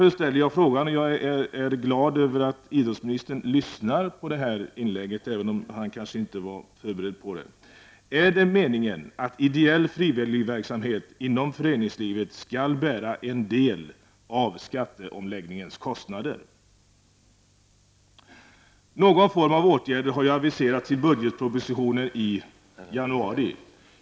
Jag är glad över att idrottsministern lyssnar på detta inlägg, även om han kanske inte var förberedd på det. Jag vill också ställa en fråga till honom. Är det meningen att ideell frivilligverksamhet inom föreningslivet skall bära en del av skatteomläggningens kostnader? Någon form av åtgärder har aviserats till budgetpropositionen i januari.